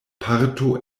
parto